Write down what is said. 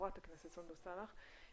סונדוס סאלח.